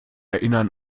erinnern